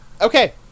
okay